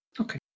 okay